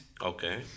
okay